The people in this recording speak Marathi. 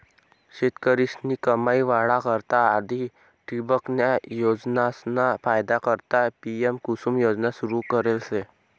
शेतकरीस्नी कमाई वाढा करता आधी ठिबकन्या योजनासना फायदा करता पी.एम.कुसुम योजना सुरू करेल शे